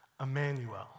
Emmanuel